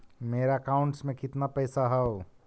मेरा अकाउंटस में कितना पैसा हउ?